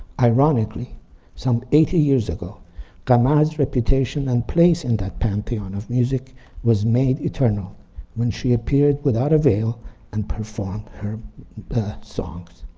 ironically some eighty years ago qama's reputation and place in that pantheon of music was made eternal when she appeared without a veil and performed her songs.